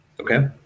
okay